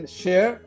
share